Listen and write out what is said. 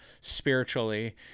spiritually